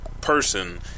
person